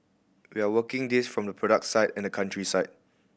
we are working this from the product side and the country side